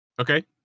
Okay